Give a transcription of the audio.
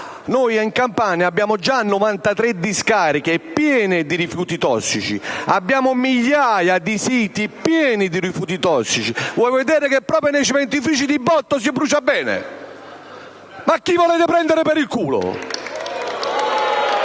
In Campania abbiamo già 93 discariche piene di rifiuti tossici. Abbiamo migliaia di siti pieni di rifiuti tossici. Vuoi vedere che proprio nei cementifici di botto si brucia bene? Ma chi volete prendere per il culo?